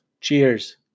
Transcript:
Cheers